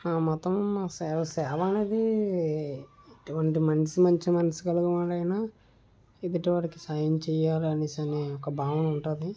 ఆ మతం సేవ సేవ అనేది ఎటువంటి మంచి మంచి మనసు గలవాడైనా ఎదుటి వాడికి సాయం చేయాలి అనేసి అనే ఒక భావన ఉంటుంది